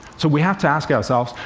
so we have to ask ourselves,